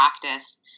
practice